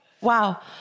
Wow